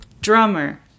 Drummer